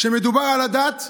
כשמדובר על הדת,